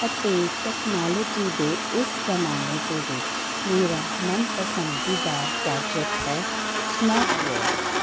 ਅਤੇ ਟੈਕਨੋਲੋਜੀ ਦੇ ਇਸ ਜ਼ਮਾਨੇ ਦੇ ਵਿੱਚ ਮੇਰਾ ਮਨਪਸੰਦੀਦਾ ਗੈਜਟ ਹੈ ਸਮਾਰਟ ਵਾਚ